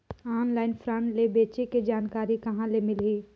Online fraud ले बचे के जानकारी कहां ले मिलही?